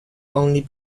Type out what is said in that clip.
only